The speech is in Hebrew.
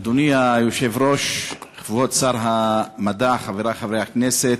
אדוני היושב-ראש, כבוד שר המדע, חברי חברי הכנסת,